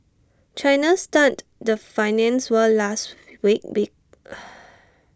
China stunned the finance world last week be